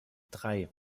drei